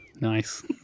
nice